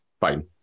Fine